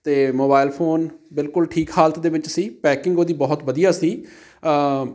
ਅਤੇ mobile phone ਬਿਲਕੁਲ ਠੀਕ ਹਾਲਤ ਦੇ ਵਿੱਚ ਸੀ ਪੈਕਿੰਗ ਉਹਦੀ ਬਹੁਤ ਵਧੀਆ ਸੀ